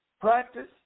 practice